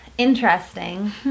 Interesting